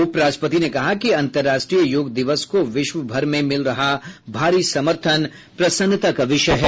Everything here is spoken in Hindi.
उपराष्ट्रपति ने कहा कि अंतर्राष्ट्रीय योग दिवस को विश्वभर में मिल रहा भारी समर्थन प्रसन्नता का विषय है